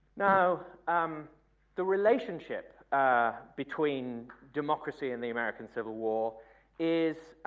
now um the relationship between democracy and the american civil war is